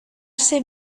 ser